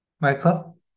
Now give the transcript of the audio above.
Michael